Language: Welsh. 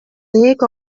ddeg